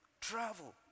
travel